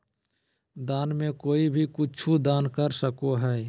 दान में कोई भी कुछु दान कर सको हइ